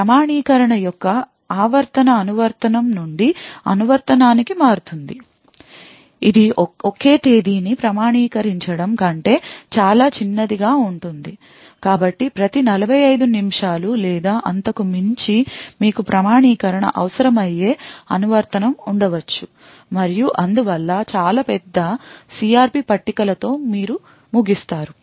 కాబట్టి ప్రామాణీకరణ యొక్క ఆవర్తన అనువర్తనం నుండి అనువర్తనానికి మారుతుంది ఇది ఒకే తేదీని ప్రామాణీకరించడం కంటే చాలా చిన్నదిగా ఉంటుంది కాబట్టి ప్రతి 45 నిమిషాలు లేదా అంతకు మించి మీకు ప్రామాణీకరణ అవసరమయ్యే అనువర్తనం ఉండవచ్చు మరియు అందువల్ల చాలా పెద్ద CRP పట్టికల తో మీరు ముగిస్తారు